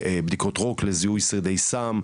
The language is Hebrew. בדיקות רוק לזיהוי שרידי סם,